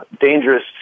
dangerous